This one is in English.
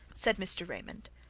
said mr. raymond.